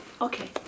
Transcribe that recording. Okay